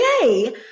yay